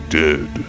dead